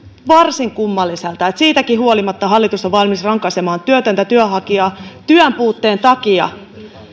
varsin kummalliselta että siitäkin huolimatta hallitus on valmis rankaisemaan työtöntä työnhakijaa työn puutteen takia